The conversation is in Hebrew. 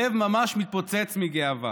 הלב ממש מתפוצץ מגאווה.